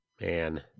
Man